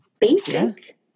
basic